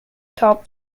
top